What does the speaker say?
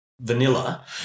vanilla